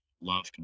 love